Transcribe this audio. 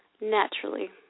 Naturally